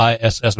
ISS